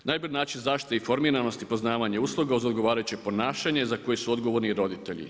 Najbolji način zaštite informiranosti je poznavanje usluga uz odgovarajuće ponašanje za koje su odgovorni roditelji.